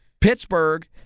Pittsburgh